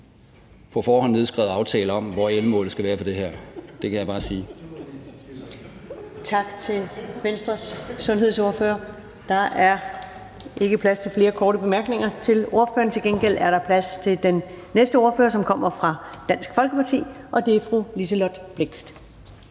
på forhånd nedskrevet aftale om, hvor endemålet skal være for det her. Det kan jeg bare sige.